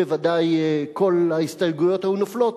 שמבקשת הממשלה, בוודאי כל ההסתייגויות היו נופלות.